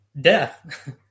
death